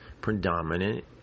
predominant